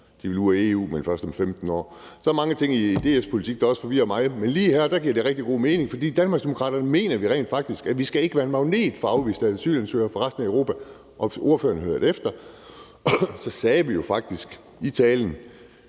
De vil ud af EU, men først om 15 år. Der er mange ting i DF's politik, der også forvirrer mig. Men lige det her giver rigtig god mening, for i Danmarksdemokraterne mener vi rent faktisk, at vi ikke skal være en magnet for afviste asylansøgere fra resten af Europa. Hvis ordføreren hørte efter, ville han høre, at jeg jo faktisk i talen